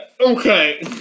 okay